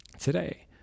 today